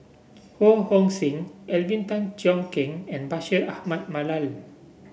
Ho Hong Sing Alvin Tan Cheong Kheng and Bashir Ahmad Mallal